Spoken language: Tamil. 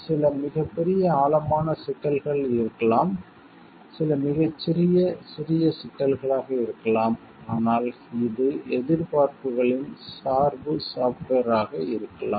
சில மிகப் பெரிய ஆழமான சிக்கல்கள் இருக்கலாம் சில மிகச் சிறிய சிறிய சிக்கல்களாக இருக்கலாம் ஆனால் இது எதிர்பார்ப்புகளின் சார்பு சாப்ட்வேர் ஆக இருக்கலாம்